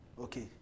Okay